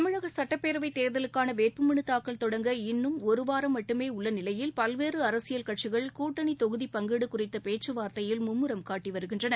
தமிழக சட்டப்பேரவைத் தேர்தலுக்கான வேட்புமனு தாக்கல் தொடங்க இன்னும் ஒரு வாரம் மட்டுமே இருக்கும் நிலையில் பல்வேறு அரசியல் கட்சிகள் கூட்டணி தொகுதி பங்கீடு குறித்த பேச்சுவார்த்தையில் மும்முரம் காட்டி வருகின்றன